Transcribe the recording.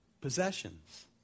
possessions